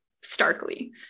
starkly